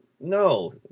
No